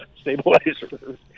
stabilizer